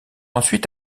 ensuite